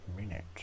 minute